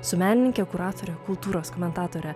su menininke kuratore kultūros komentatore